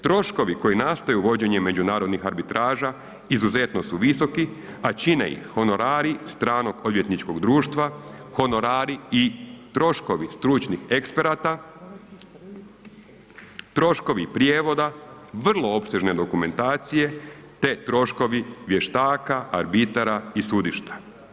Troškovi koji nastaju vođenjem međunarodnih arbitraža izuzetno su visoki, a čine ih honorari stranog odvjetničkog društva, honorari i troškovi stručnih eksperata, troškovi prijevoda vrlo opsežne dokumentacije te troškovi vještaka, arbitara i sudišta.